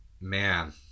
man